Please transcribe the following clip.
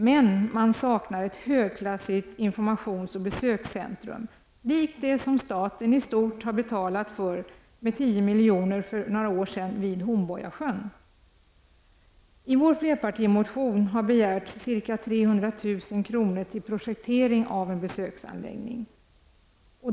Men man saknar ett högklassigt informations och besökscentrum likt det vid Hornborgasjön, som staten för några år sedan i stort sett betalade för med 10 milj.kr. I vår flerpartimotion har vi begärt ca 300 000 kr. till projektering av en besöksanläggning.